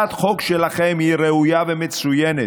הצעת החוק שלכם היא ראויה ומצוינת.